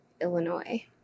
Illinois